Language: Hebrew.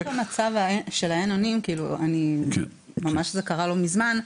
דווקא במצב של האין אונים, זה ממש קרה לא מזמן,